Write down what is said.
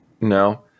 No